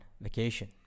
vacation